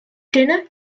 dinner